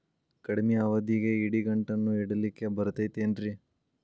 ಕಡಮಿ ಅವಧಿಗೆ ಇಡಿಗಂಟನ್ನು ಇಡಲಿಕ್ಕೆ ಬರತೈತೇನ್ರೇ?